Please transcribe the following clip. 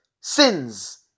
sins